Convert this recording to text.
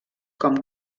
com